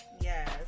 yes